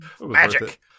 Magic